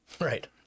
right